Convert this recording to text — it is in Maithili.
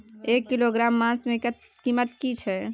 एक किलोग्राम मांस के कीमत की छै?